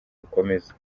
bikomeza